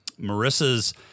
Marissa's